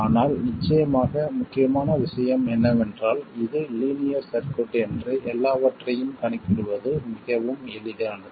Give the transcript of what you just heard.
ஆனால் நிச்சயமாக முக்கியமான விஷயம் என்னவென்றால் இது லீனியர் சர்க்யூட் என்று எல்லாவற்றையும் கணக்கிடுவது மிகவும் எளிதானது